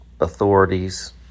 authorities